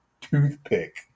Toothpick